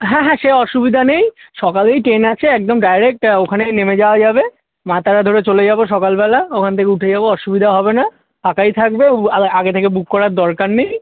হ্যাঁ হ্যাঁ সে অসুবিধা নেই সকালেই ট্রেন আছে একদম ডাইরেক্ট ওখানেই নেমে যাওয়া যাবে মা তারা ধরে চলে যাবো সকালবেলা ওখান থেকে উঠে যাবো অসুবিধা হবে না ফাঁকাই থাকবে ও আগে আগে থেকে বুক করার দরকার নেই